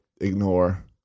ignore